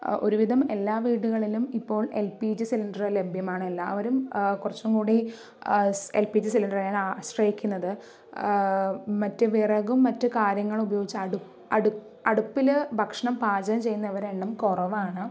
ഒരു വിധം എല്ലാ വീടുകളിലും ഇപ്പോൾ എൽ പി ജി സിലിണ്ടർ ലഭ്യമാണ് എല്ലാവരും കുറച്ചും കൂടി എൽ പി ജി സിലിണ്ടറിനെയാണ് ആശ്രയിക്കുന്നത് മറ്റു വിറകും മറ്റ് കാര്യങ്ങളും ഉപയോഗിച്ച് അടുപ്പിൽ ഭക്ഷണം പാചകം ചെയ്യുന്നവരുടെ എണ്ണം കുറവാണ്